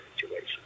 situation